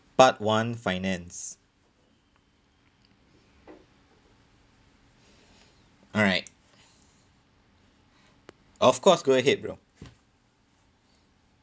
part one finance alright of course go ahead bro